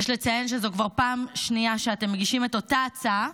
יש לציין שזו כבר פעם שנייה שאתם מגישים את אותה הצעה,